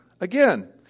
again